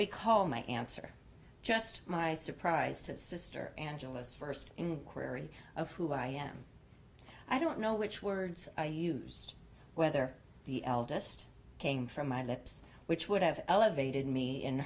recall my answer just my surprised sister angelus first inquiry of who i am i don't know which words i used whether the eldest came from my lips which would have elevated me in